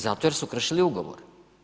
Zato jer su kršili ugovor.